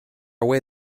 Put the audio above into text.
away